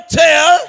tell